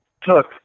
took